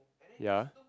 ya